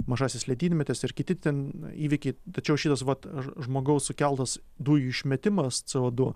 mažasis ledynmetis ir kiti ten įvykiai tačiau šitas vat žmogaus sukeltas dujų išmetimas c o du